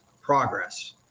progress